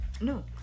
No